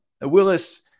willis